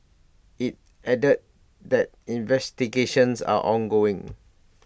IT added that investigations are ongoing